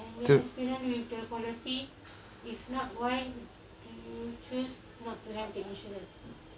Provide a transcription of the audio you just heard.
to